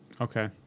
Okay